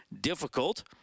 difficult